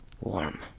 warm